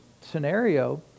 scenario